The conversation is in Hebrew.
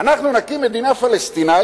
אנחנו נקים מדינה פלסטינית